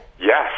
yes